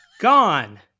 Gone